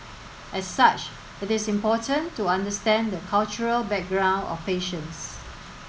as such it is important to understand the cultural background of patients